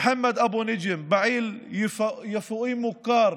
מוחמד אבו נג'ם, פעיל יפואי מוכר,